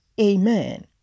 Amen